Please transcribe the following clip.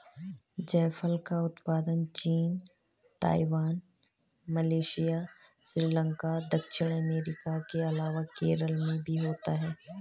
जायफल का उत्पादन चीन, ताइवान, मलेशिया, श्रीलंका, दक्षिण अमेरिका के अलावा केरल में भी होता है